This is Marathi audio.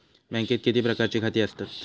बँकेत किती प्रकारची खाती आसतात?